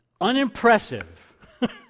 unimpressive